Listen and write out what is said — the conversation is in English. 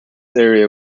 area